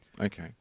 Okay